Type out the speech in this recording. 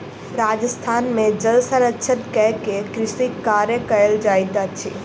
राजस्थान में जल संरक्षण कय के कृषि कार्य कयल जाइत अछि